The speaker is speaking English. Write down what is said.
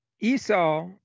Esau